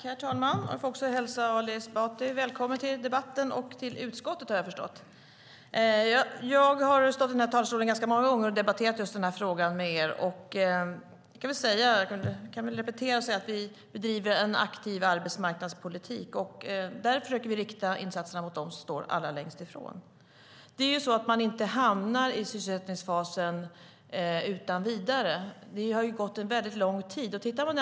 Herr talman! Jag får hälsa Ali Esbati välkommen till debatten och till utskottet, har jag förstått. Jag har stått i den här talarstolen ganska många gånger och debatterat den här frågan med er och kan väl repetera och säga att vi bedriver en aktiv arbetsmarknadspolitik. Där försöker vi rikta insatserna mot dem som står allra längst ifrån arbetsmarknaden. Människor hamnar inte i sysselsättningsfasen utan vidare, utan då har det gått en väldigt lång tid.